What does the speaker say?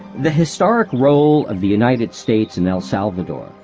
the historic role of the united states in el salvador,